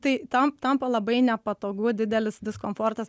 tai tam tampa labai nepatogu didelis diskomfortas